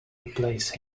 replace